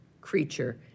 creature